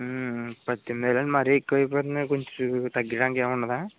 పద్దెనిమిది వేలు మరి ఎక్కువ అయిపోతది అండి కొంచెం తగ్గించడానికి ఏమి ఉండదా